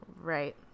Right